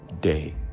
day